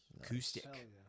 Acoustic